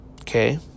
okay